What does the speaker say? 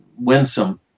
winsome